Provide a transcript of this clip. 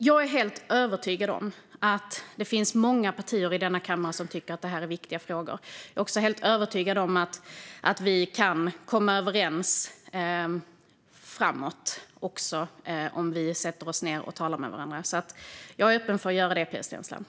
Jag är helt övertygad om att många partier i denna kammare tycker att detta är viktiga frågor. Jag är också helt övertygad om att vi kan komma överens framåt, om vi sätter oss ned och talar med varandra. Jag är öppen för att göra det, Pia Steensland.